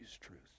truth